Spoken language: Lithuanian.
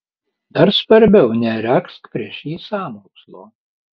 dar svarbiau neregzk prieš jį sąmokslo